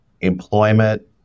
employment